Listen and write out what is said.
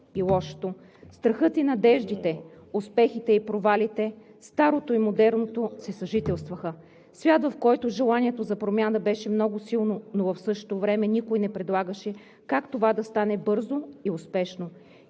и лошото, страхът и надеждите, успехите и провалите, старото и модерното си съжителстваха. Свят, в който желанието за промяна беше много силно, но в същото време никой не предлагаше как това да стане бързо и успешно.